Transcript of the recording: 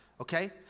Okay